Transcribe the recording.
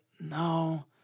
no